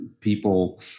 People